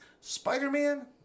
Spider-Man